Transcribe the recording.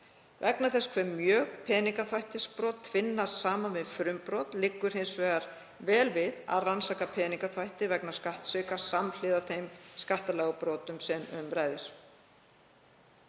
Vegna þess hve mjög peningaþvættisbrot tvinnast saman við frumbrot liggur hins vegar vel við að rannsaka peningaþvætti vegna skattsvika samhliða þeim skattalagabrotum sem um ræðir.